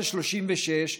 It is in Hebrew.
1736,